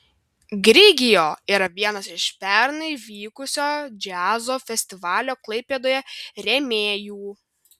grigeo yra vienas iš pernai vykusio džiazo festivalio klaipėdoje rėmėjų